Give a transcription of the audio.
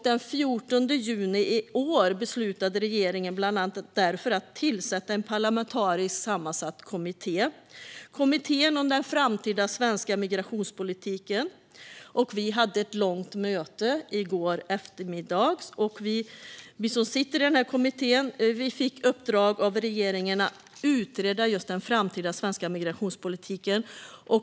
Den 14 juni i år beslutade regeringen bland annat därför att tillsätta en parlamentariskt sammansatt kommitté: Kommittén om den framtida svenska migrationspolitiken. Vi hade ett långt möte i går eftermiddag. Vi som sitter i denna kommitté fick i uppdrag av regeringen att utreda just den framtida svenska migrationspolitiken.